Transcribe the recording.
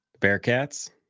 Bearcats